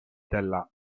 della